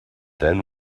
then